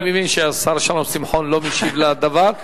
אני מבין שהשר שלום שמחון לא משיב על דבר.